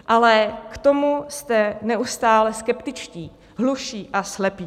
Ale k tomu jste neustále skeptičtí, hluší a slepí.